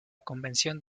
convención